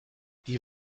die